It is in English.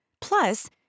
Plus